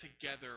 together